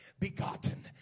begotten